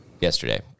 Yesterday